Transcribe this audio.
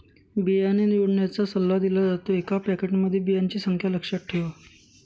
बियाणे निवडण्याचा सल्ला दिला जातो, एका पॅकेटमध्ये बियांची संख्या लक्षात ठेवा